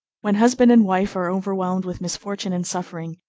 when husband and wife are overwhelmed with misfortune and suffering,